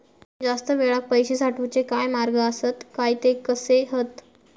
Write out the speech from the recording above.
जास्त वेळाक पैशे साठवूचे काय मार्ग आसत काय ते कसे हत?